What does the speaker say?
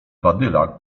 badyla